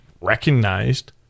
recognized